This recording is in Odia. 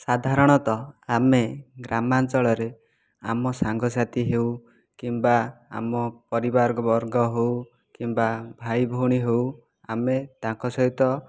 ସାଧାରଣତଃ ଆମେ ଗ୍ରାମାଞ୍ଚଳରେ ଆମ ସାଙ୍ଗସାଥି ହେଉ କିମ୍ବା ଆମ ପରିବାରବର୍ଗ ହେଉ କିମ୍ବା ଭାଇ ଭଉଣୀ ହେଉ ଆମେ ତାଙ୍କ ସହିତ